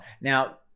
Now